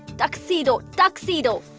tuxedo, tuxedo,